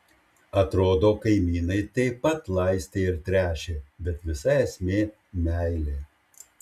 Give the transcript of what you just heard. atrodo kaimynai taip pat laistė ir tręšė bet visa esmė meilė